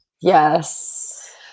Yes